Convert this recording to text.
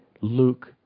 Luke